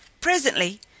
Presently